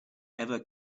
ever